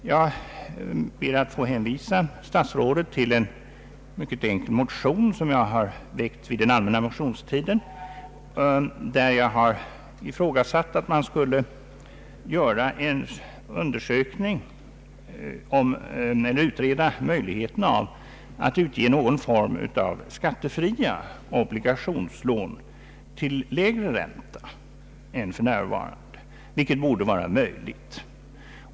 Jag ber att få hänvisa statsrådet till en motion, som jag har väckt under den allmänna motionstiden. Jag har där ifrågasatt om man inte skulle utreda möjligheterna att utge någon form av skattefria obligationslån till lägre ränta än för närvarande, vilket borde vara möjligt.